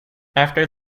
after